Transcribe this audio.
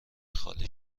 خالی